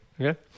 Okay